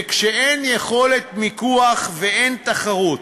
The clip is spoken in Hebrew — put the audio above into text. וכשאין יכולת מיקוח ואין תחרות,